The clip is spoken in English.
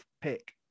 pick